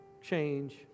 change